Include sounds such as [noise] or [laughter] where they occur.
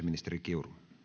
[unintelligible] ministeri kiuru